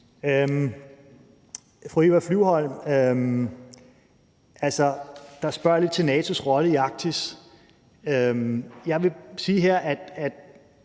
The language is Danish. Fru Eva Flyvholm spørger lidt til NATO's rolle i Arktis. Jeg vil igen sige her, at